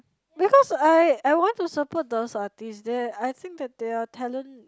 because I I want to support those artists that I think that they are talent